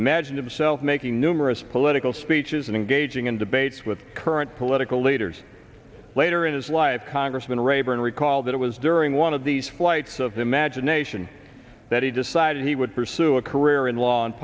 imagine himself making numerous political speeches and engaging in debates with current political leaders later in his life congressman rayburn recall that it was during one of these flights of imagination that he decided he would pursue a career in law and